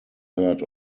heard